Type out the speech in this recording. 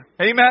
Amen